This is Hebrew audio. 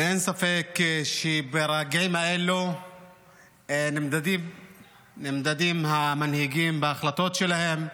ואין ספק שברגעים האלו נמדדים המנהיגים בהחלטות שלהם.